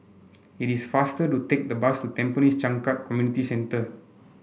it is faster to take the bus to Tampines Changkat Community Centre